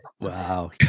Wow